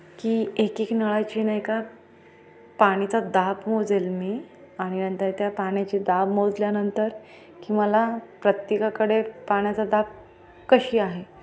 की एक एक नळाची नाही का पाण्याचा दाब मोजेल मी आणि नंतर त्या पाण्याची दाब मोजल्यानंतर की मला प्रत्येकाकडे पाण्याचा दाब कशी आहे